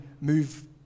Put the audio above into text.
move